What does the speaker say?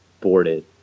boarded